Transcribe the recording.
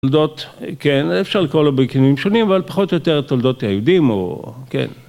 תולדות, כן, אפשר לקרוא לו בכנים שונים, אבל פחות או יותר תולדות יהודים הוא, כן.